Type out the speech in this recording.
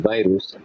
Virus